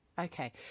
okay